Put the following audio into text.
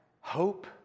hope